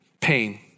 pain